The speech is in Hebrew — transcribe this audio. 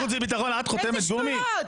את חותמת גומי?